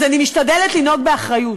אז אני משתדלת לנהוג באחריות.